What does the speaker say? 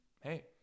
hey